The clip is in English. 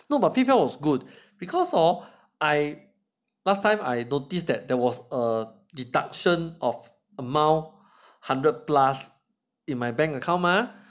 no but Paypal was good because hor I last time I noticed that there was a deduction of amount hundred plus in my bank account mah